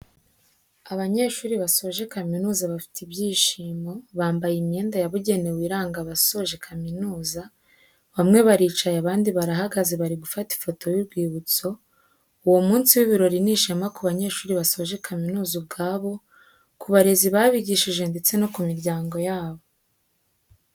Abanyeshuri basoje kaminuza bafite ibyishimo, bambaye imyenda yabugenewe iranga abasoje kaminuza, bamwe baricaye abandi barahagaze bari gufata ifoto y'urwibutso, uwo munsi w'ibirori ni ishema ku banyeshuri basoje kaminuza ubwabo, ku barezi babigishije ndetse no ku miryango yabo.